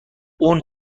اون